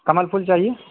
کمل پھول چاہیے